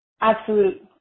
absolute